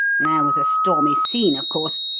there was a stormy scene, of course.